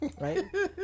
right